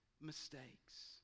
mistakes